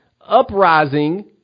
uprising